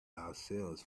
ourselves